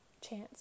chance